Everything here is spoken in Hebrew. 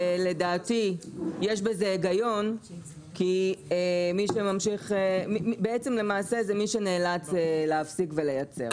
לדעתי יש בזה היגיון כי בעצם למעשה זה מי שנאלץ להפסיק לייצר.